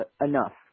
enough